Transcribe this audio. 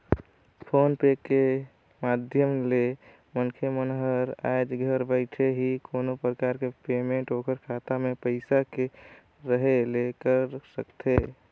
phone पे के माधियम ले मनखे मन हर आयज घर बइठे ही कोनो परकार के पेमेंट ओखर खाता मे पइसा के रहें ले कर सकथे